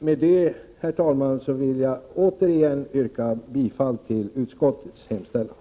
Med det, herr talman, vill jag återigen yrka bifall till utskottets hemställan.